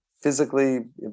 physically